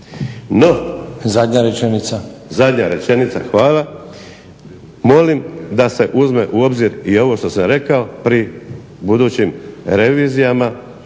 … Zadnja rečenica. Hvala. Molim da se uzme u obzir i ovo što sam rekao pri budućim revizijama